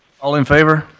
all in favor?